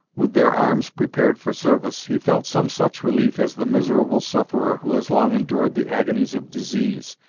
with their arms prepared for service, he felt some such relief as the miserable sufferer, who has long endured the agonies of disease,